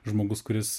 žmogus kuris